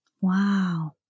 Wow